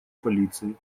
полиции